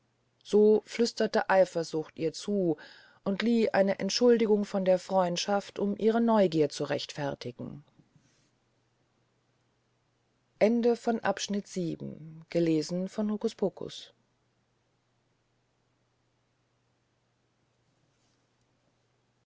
so flüsterte eifersucht ihr zu und lieh eine entschuldigung von der freundschaft um ihre neugier zu rechtfertigen